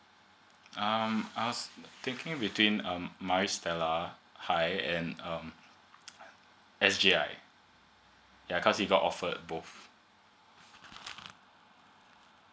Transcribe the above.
um I was thinking between um maris stella high uh and um s j i because he got offered both